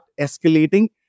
escalating